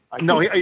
No